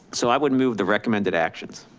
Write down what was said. so i would move the recommended actions.